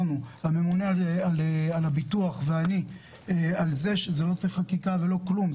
הממונה על הביטוח ואני הצהרנו היום על זה שזה לא מצריך חקיקה ולא כלום,